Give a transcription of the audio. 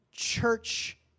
church